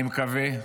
אני מקווה,